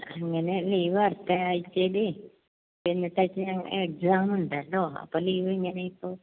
അങ്ങനെ ലീവ് അടുത്തയാഴ്ചയിൽ പിന്നത്തെയാഴ്ച എക്സാം ഉണ്ടല്ലോ അപ്പോൾ ലീവ് എങ്ങനെയാണിപ്പോൾ